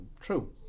true